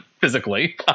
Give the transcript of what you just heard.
physically